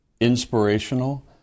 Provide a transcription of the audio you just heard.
inspirational